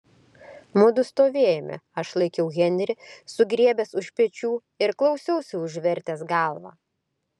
mudu stovėjome aš laikiau henrį sugriebęs už pečių ir klausiausi užvertęs galvą